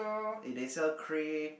eh they sell cray~